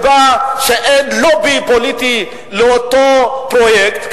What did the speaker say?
שבה אין לובי פוליטי לאותו פרויקט,